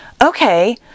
okay